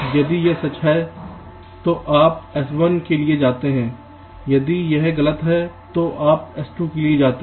यदि यह सच है तो आप S1 के लिए जाते हैं यदि यह गलत है तो आप S2 के लिए जाते हैं